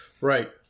Right